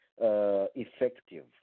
effective